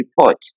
report